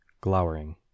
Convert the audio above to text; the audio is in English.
glowering